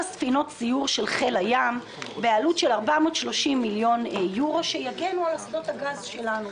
ספינות סיור של חיל הים בעלות של 430 מיליון אירו שיגנו על שדות הגז שלנו.